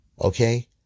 Okay